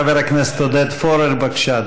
חבר הכנסת עודד פורר, בבקשה,